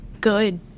good